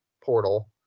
portal